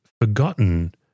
forgotten